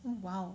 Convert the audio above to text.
oh !wow!